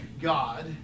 God